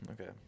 Okay